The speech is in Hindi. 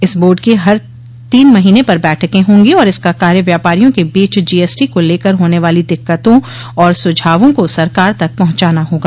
इस बोर्ड की हर तीन महीने पर बैठके होंगी और इसका कार्य व्यापारियों के बीच जीएसटी को लेकर होने वाली दिक्कतों और सुझावों को सरकार तक पहुंचाना होगा